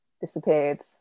disappeared